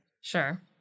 Sure